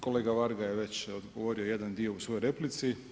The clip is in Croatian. Kolega Varga je već odgovorio jedan dio u svojoj replici.